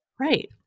Right